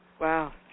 Wow